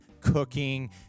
cooking